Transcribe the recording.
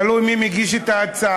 תלוי מי מגיש את ההצעה,